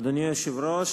אדוני היושב-ראש,